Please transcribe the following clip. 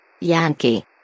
Yankee